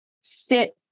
sit